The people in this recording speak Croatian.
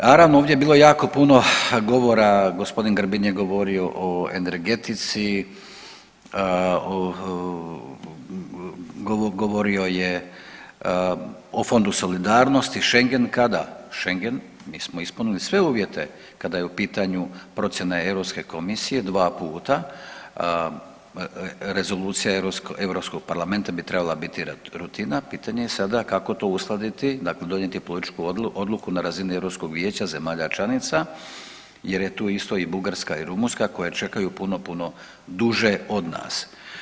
Naravno ovdje je bilo jako puno govora, gospodin Grbin je govorio o energetici, o govorio je o fondu solidarnosti, Schengen kada, Schengen mi smo ispunili sve uvjete kada je u pitanju procjena Europske komisije dva puta, rezolucija Europskog parlamenta bi treba biti rutina, pitanje je sada kako to uskladiti dakle donijeti političku odluku na razini Europskog vijeća zemalja članica jer je tu isto i Bugarska i Rumunjska koje čekaju puno, puno duže od nas.